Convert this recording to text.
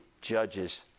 judges